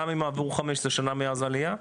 גם אם עברו 15 שנה מאז העלייה?